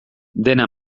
dena